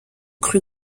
cru